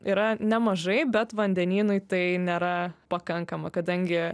yra nemažai bet vandenynui tai nėra pakankama kadangi